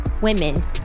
women